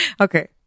Okay